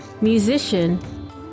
musician